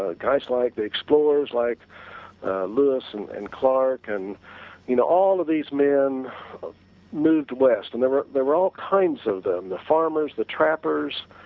ah guys like the explorers like lewis and and clark, and you know all of these men moved to west and there were there were all kinds of them, the farmers, the trappers,